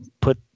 put –